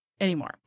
anymore